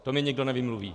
To mi nikdo nevymluví.